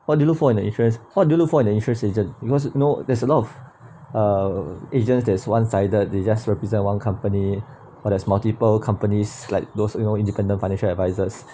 what do you look for in a insurance what do you look for in a insurance agent because you know there's a lot of uh agents that's one sided they just represent one company or there's multiple companies like those you know independent financial advisors